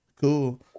Cool